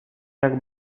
jak